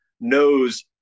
knows